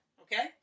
Okay